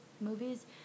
movies